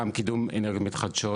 גם קידום אנרגיות מתחדשות.